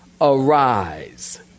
arise